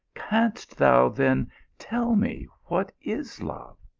canst thou then tell me what is love?